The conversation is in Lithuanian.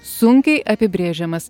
sunkiai apibrėžiamas